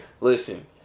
listen